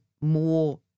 more